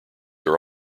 are